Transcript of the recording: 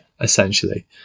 essentially